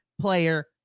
player